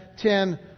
ten